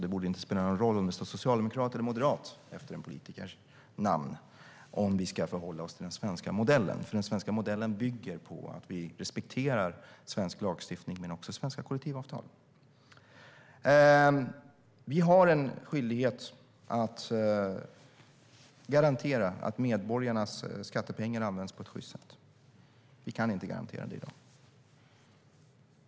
Det borde inte spela någon roll om det står Socialdemokraterna eller Moderaterna efter en politikers namn om vi ska förhålla oss till den svenska modellen, för den bygger på att vi respekterar svensk lagstiftning men också svenska kollektivavtal. Vi har en skyldighet att garantera att medborgarnas skattepengar används på ett sjyst sätt. Vi kan inte garantera det i dag.